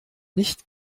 nicht